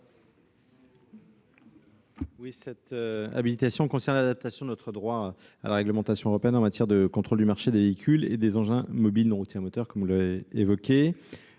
d'habilitation concerne l'adaptation de notre droit à la réglementation européenne en matière de contrôle du marché des véhicules et des engins mobiles non routiers à moteur. Je regrette que